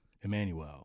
Emmanuel